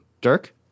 Dirk